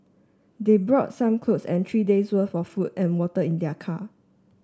they brought some clothes and three days' worth of food and water in their car